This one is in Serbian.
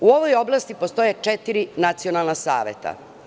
U ovoj oblasti postoje četiri nacionalna saveta.